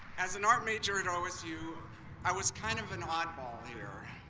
as an art major at osu, i was kind of an oddball here.